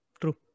True